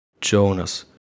Jonas